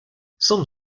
some